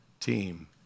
team